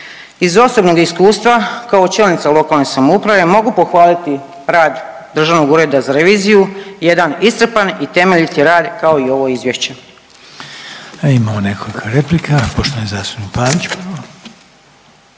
iz osobnog iskustva kao čelnica lokalne samouprave mogu pohvaliti rad Državnog ureda za reviziju jedan iscrpan i temeljiti rad kao i ovo izvješće.